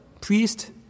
priest